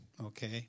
okay